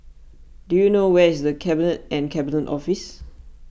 do you know where is the Cabinet and Cabinet Office